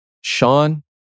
Sean